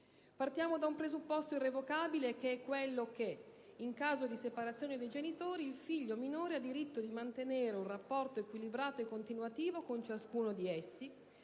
Partiamo da un presupposto inderogabile che è quello per il quale, in caso di separazione dei genitori, il figlio minore ha diritto di mantenere un rapporto equilibrato e continuativo con ciascuno di essi,